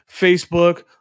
Facebook